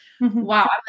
wow